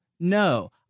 No